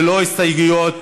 ללא הסתייגויות,